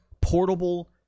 portable